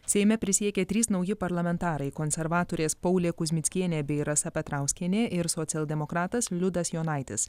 seime prisiekė trys nauji parlamentarai konservatorės paulė kuzmickienė bei rasa petrauskienė ir socialdemokratas liudas jonaitis